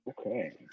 Okay